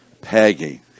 Peggy